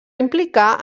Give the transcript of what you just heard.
implicar